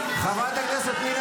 נא